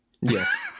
Yes